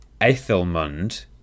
Ethelmund